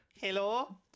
Hello